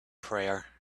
prayer